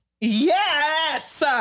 Yes